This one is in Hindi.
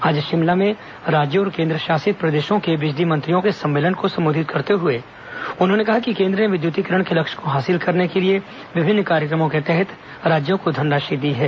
आज शिमला में राज्यों और केन्द्रशासित प्रदेशों के बिजली मंत्रियों के सम्मेलन को संबोधित करते हुए उन्होंने कहा कि केन्द्र ने विद्युतीकरण के लक्ष्य को हासिल करने के लिए विभिन्न कार्यक्रमों के तहत राज्यों को धनराशि दी है